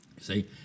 See